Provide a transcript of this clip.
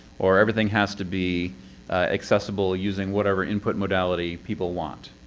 or everything has to be accessible using whatever input modality people want.